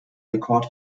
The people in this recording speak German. rekord